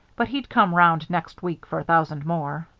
but he'd come round next week for a thousand more.